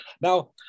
Now